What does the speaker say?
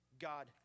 God